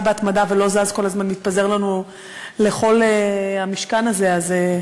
בהתמדה ולא זז כל הזמן ומתפזר לנו לכל המשכן הזה.